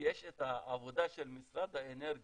אבל יש את העבודה של משרד האנרגיה